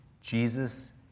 Jesus